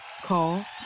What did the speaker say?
Call